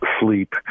sleep